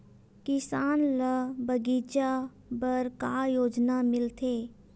किसान ल बगीचा बर का योजना मिलथे?